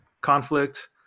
conflict